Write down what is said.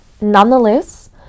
nonetheless